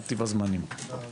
הישיבה ננעלה בשעה 10:53.